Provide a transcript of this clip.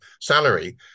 salary